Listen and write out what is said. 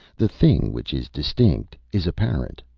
the thing which is distinct is apparent,